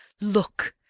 look,